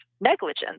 negligence